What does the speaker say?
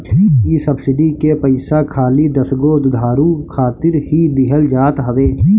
इ सब्सिडी के पईसा खाली दसगो दुधारू खातिर ही दिहल जात हवे